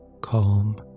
Calm